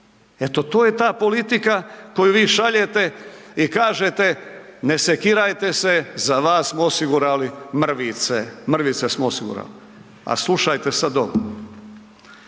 Eto to je ta politika koju vi šaljete i kažete ne sekirajte se, za vas smo osigurali mrvice, mrvice smo osigurali. A slušajte sad ovo.